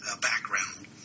background